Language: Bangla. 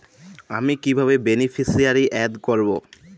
আমি কিভাবে বেনিফিসিয়ারি অ্যাড করব?